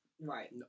Right